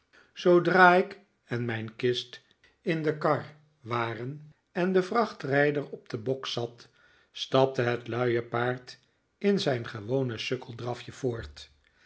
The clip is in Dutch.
zoodra ik en mijn kist in de kar waren en de vrachtrijder op den bok zat stapte het luie paard in zijn gewone sukkeldrafje voort